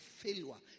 failure